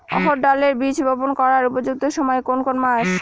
অড়হড় ডালের বীজ বপন করার উপযুক্ত সময় কোন কোন মাস?